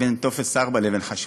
בין טופס 4 לבין חשמל.